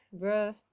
bruh